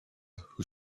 who